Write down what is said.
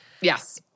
Yes